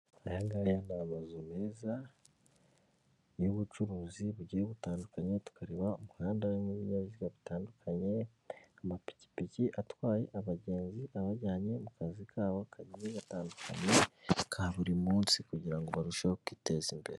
Aya ngaya ni amazu meza y'ubucuruzi bugiye butandukanye, tukareba umuhanda urimo ibinyabiziga bitandukanye, amapikipiki atwaye abagenzi abajyanye mu kazi kabo kagiye gatandukanye ka buri munsi, kugira ngo barusheho kwiteza imbere.